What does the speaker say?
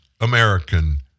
American